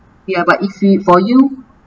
ya but if you for you